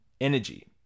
energy